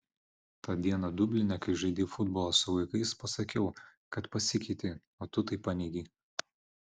tą dieną dubline kai žaidei futbolą su vaikais pasakiau kad pasikeitei o tu tai paneigei